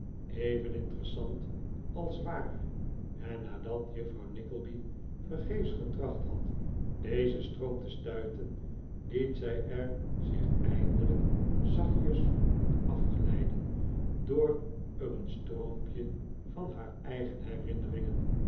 even interessant als waar en nadat juffrouw nickleby vergeefs getracht had dezen stroom te stuiten liet zij er zich eindelijk zachtjes op afglijden door er een stroompje van haar eigen herinneringen